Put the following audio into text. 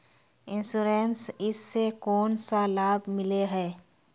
Insurance इस से कोन सा लाभ मिले है?